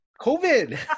COVID